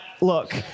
Look